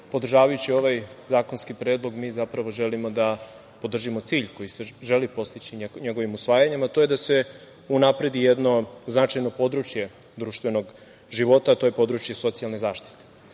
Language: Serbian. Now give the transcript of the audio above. podržavajući ovaj zakonski predlog mi zapravo želimo da podržimo cilj koji se želi postići njegovim usvajanjem, a to je da se unapredi jedno značajno područje društvenog života, a to je područje socijalne zaštite.